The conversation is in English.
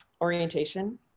orientation